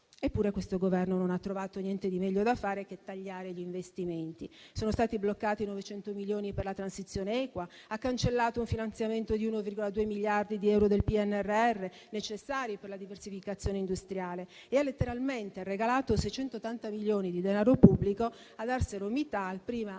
Eppure, questo Governo non ha trovato niente di meglio da fare che tagliare gli investimenti. Sono stati bloccati 900 milioni per la transizione equa; ha cancellato un finanziamento di 1,2 miliardi di euro del PNRR necessari per la diversificazione industriale e ha letteralmente regalato 680 milioni di denaro pubblico ad ArcelorMittal prima